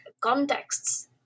contexts